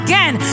Again